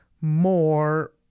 more